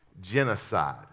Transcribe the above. genocide